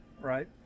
right